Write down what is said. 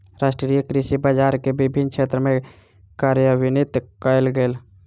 राष्ट्रीय कृषि बजार के विभिन्न क्षेत्र में कार्यान्वित कयल गेल